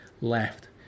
left